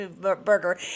burger